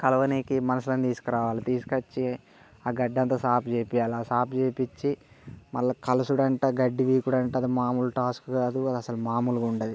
కలవనీకి మనుషులను తీసుకురావాలి తీసుకు వచ్చి ఆ గడ్డంతా సాపు చేపియాలి సాపు చేపించి మళ్ళా కలుసుడు అంట గడ్డి పీకుడు అంట అది మామూలు టాస్క్ కాదు అసలు మామూలుగా ఉండదు